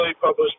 published